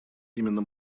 именно